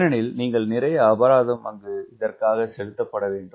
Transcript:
ஏனெனில் நீங்கள் நிறைய அபராதம் கொடுப்பீர்கள்